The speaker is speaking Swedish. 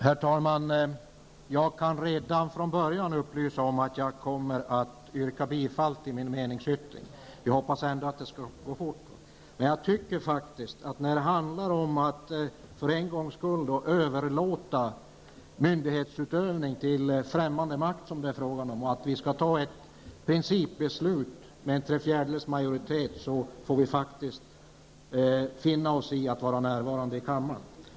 Herr talman! Jag kan redan från början upplysa om att jag kommer att yrka bifall till min meningsyttring. Jag tycker att när det för en gångs skull handlar om att överlåta myndighetsutövning till främmande makt och när vi skall fatta ett principbeslut som kräver tre fjärdedels majoritet, får vi faktiskt finna oss i att vara närvaranade i kammaren.